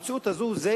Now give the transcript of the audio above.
המציאות הזאת זה